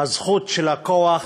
הזכות של הכוח